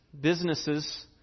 businesses